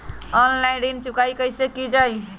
Online ऋण चुकाई कईसे की ञाई?